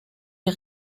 der